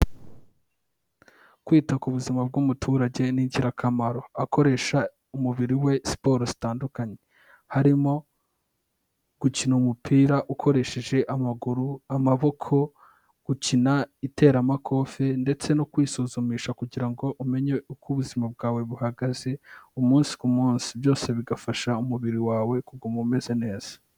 Kwita ku buzima bw'umuturage ni ingirakamaro. Akoresha umubiri we siporo zitandukanye. Harimo gukina umupira ukoresheje amaguru, amaboko, gukina iteramakofe ndetse no kwisuzumisha kugirango ngo umenye uko ubuzima bwawe buhagaze umunsi ku munsi. Byose bigafasha umubiri wawe kuguma umeze neza.